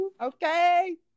Okay